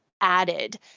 added